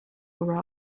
were